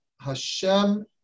Hashem